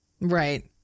Right